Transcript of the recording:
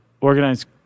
organized